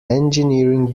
engineering